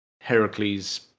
Heracles